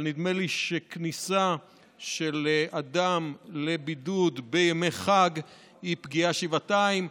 אבל נדמה לי שכניסה של אדם לבידוד בימי חג היא פגיעה שבעתיים.